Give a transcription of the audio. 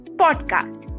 podcast